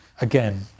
Again